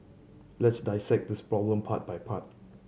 let's dissect this problem part by part